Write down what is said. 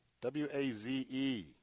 W-A-Z-E